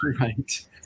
right